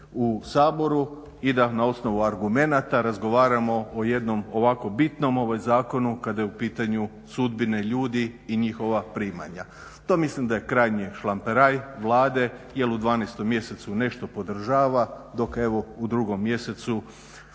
u Saboru i da na osnovu argumenata razgovaramo o jednom ovako bitnom zakonu kada su u pitanju sudbine ljudi i njihova primanja. To mislim da je krajnji šlamperaj Vlade jer u 12. mjesecu nešto podržava, dok evo u 2. mjesecu